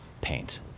paint